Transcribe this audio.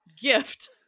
gift